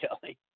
Kelly